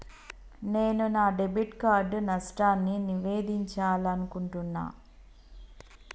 నేను నా debit card నష్టాన్ని నివేదించాలనుకుంటున్నా